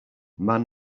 man